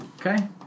Okay